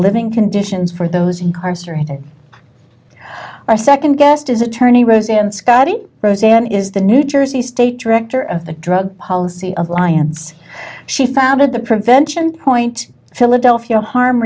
living conditions for those incarcerated our second guest is attorney rosanne scotty rosanne is the new jersey state director of the drug policy alliance she founded the prevention point philadelphia harm